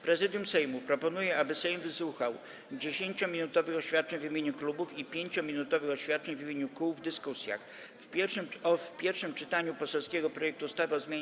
Prezydium Sejmu proponuje, aby Sejm wysłuchał 10-minutowych oświadczeń w imieniu klubów i 5-minutowych oświadczeń w imieniu kół w dyskusjach: - w pierwszym czytaniu poselskiego projektu ustawy o zmianie